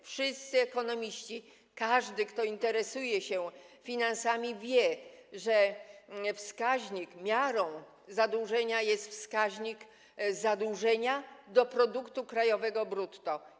Wszyscy ekonomiści, każdy, kto interesuje się finansami, wie, że miarą zadłużenia jest wskaźnik zadłużenia do produktu krajowego brutto.